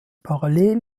parallel